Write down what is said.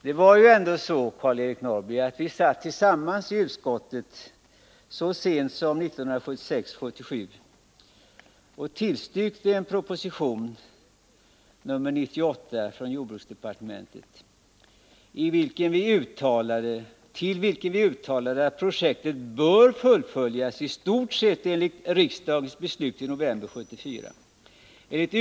Vi satt ju ändå tillsammans i utskottet, Karl-Eric Norrby, så sent som 1976/77 och tillstyrkte en proposition, nr 98 från jordbruksdepartementet, och uttalade att projektet borde fullföljas i stort sett enligt riksdagens beslut i november 1974.